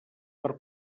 per